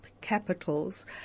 capitals